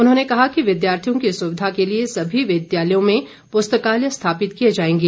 उन्होंने कहा कि विद्यार्थियों की सुविधा के लिए सभी विद्यालयों में पुस्तकालय स्थापित किए जाएंगे